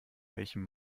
welchem